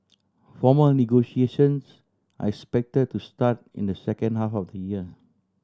formal negotiations are expected to start in the second half of the year